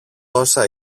όσα